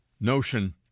notion